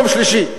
יום שלישי,